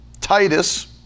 Titus